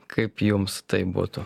kaip jums tai būtų